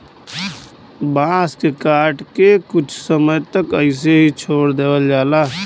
बांस के काट के कुछ समय तक ऐसे ही छोड़ देवल जाला